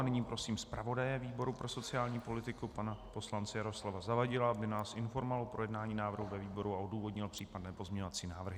Nyní prosím zpravodaje výboru pro sociální politiku pana poslance Jaroslava Zavadila, aby nás informoval o projednání návrhu ve výboru a odůvodnil případné pozměňovací návrhy.